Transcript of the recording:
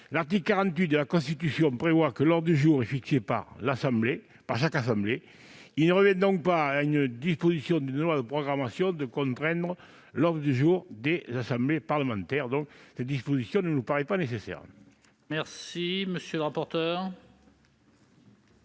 L'article 48 de la Constitution prévoit que l'ordre du jour est fixé par chaque assemblée. Il ne revient pas à une disposition d'une loi de programmation de contraindre l'ordre du jour des assemblées parlementaires. Une telle disposition ne nous paraît donc pas nécessaire. Quel est l'avis de